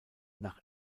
nach